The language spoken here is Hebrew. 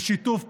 לשיתוף פעולה,